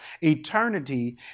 eternity